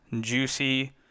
juicy